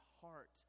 heart